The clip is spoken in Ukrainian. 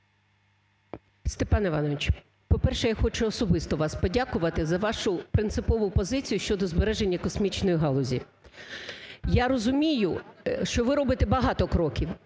Степан Іванович, по-перше, я хочу особисто вам подякувати за вашу принципову позицію щодо збереження космічної галузі. Я розумію, що ви робите багато кроків.